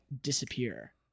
disappear